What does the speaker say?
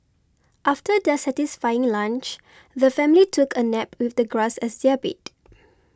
after their satisfying lunch the family took a nap with the grass as their bed